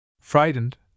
Frightened